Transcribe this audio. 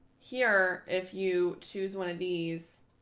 here, if you choose one of these,